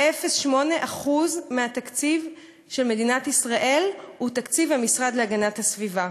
0.0008% מהתקציב של מדינת ישראל הוא תקציב המשרד להגנת הסביבה.